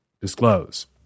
Disclose